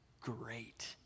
great